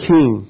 King